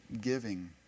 giving